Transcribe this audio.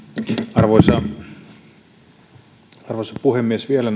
arvoisa arvoisa puhemies vielä